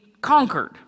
conquered